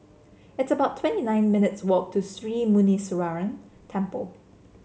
it's about twenty nine minutes' walk to Sri Muneeswaran Temple